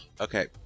Okay